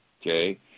Okay